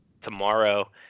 tomorrow